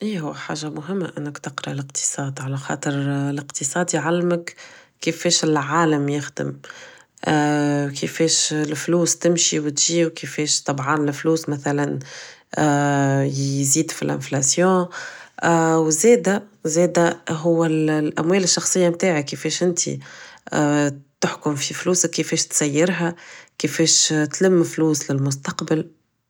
هيه هو حاجة مهمة انك تقرا الاقتصاد خاطر الاقتصاد يعلمك كيفاش العالم يخدم كيفاش الفلوس تمشي و تجي و كيفاش طبعان الفلوس مثلا يزيد في l'inflation و زادا هو الاموال الشخصية متاعك كيفاش انت تحكم في فلوسك كيفاش تسيرها كيفاش تلم فلوس للمستقبل